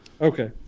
Okay